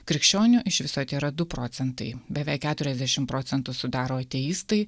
krikščionių iš viso tėra du procentai beveik keturiasdešimt procentų sudaro ateistai